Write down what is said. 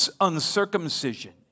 uncircumcision